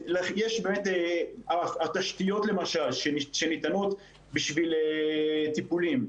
התשתיות שניתנות בשביל טיפולים.